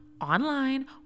online